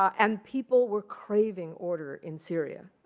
and people were craving order in syria.